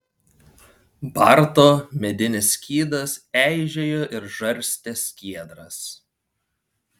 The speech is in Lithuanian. barto medinis skydas eižėjo ir žarstė skiedras